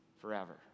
forever